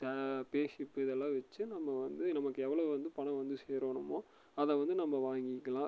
payslip இதெலாம் வச்சு நம்ப வந்து நமக்கு எவ்வளோ வந்து பணம் வந்து சேரணுமோ அதை வந்து நம்ப வாங்கிக்கலாம்